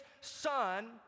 son